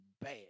bad